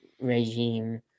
regime